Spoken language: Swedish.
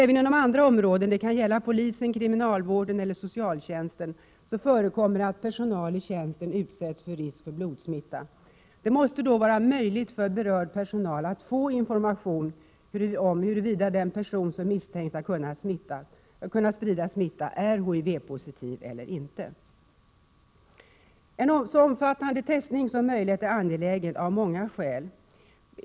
Även inom andra yrkesområden — det kan gälla inom polisen, kriminalvården, tandvården eller socialtjänsten — förekommer att personal i tjänsten utsätts för risk för blodsmitta. Det måste då vara möjligt för berörd personal att få information om huruvida den person som misstänks ha kunnat sprida smitta är HIV-positiv eller ej. En så omfattande testning som möjligt är angelägen av många skäl.